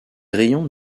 rayons